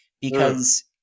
because-